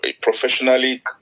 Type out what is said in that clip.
professionally